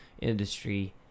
industry